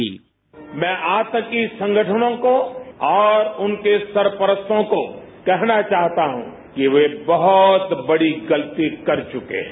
bite मैं आतंकी संगठनों को और उनके सरपरस्तों को कहना चाहता हूं कि वह बहुत बड़ी गलती कर चुके हैं